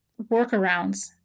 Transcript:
workarounds